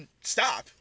stop